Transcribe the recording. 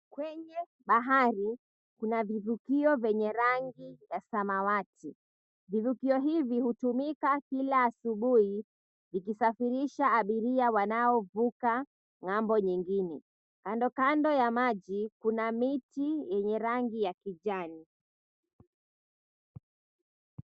Kwenye bahari kuna vivukio yenye rangi samawati. Vivukio hivi hutumika kila asubuhi vikisafirisha abiria wanaovuka ng'ambo nyingine. Kando kando ya maji kuna miti yenye rangi ya kijani.